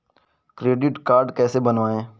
Credit card कैसे बनवाएँ?